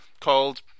called